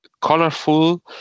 colorful